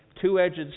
two-edged